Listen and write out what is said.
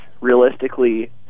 Realistically